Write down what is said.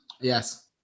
yes